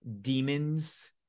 demons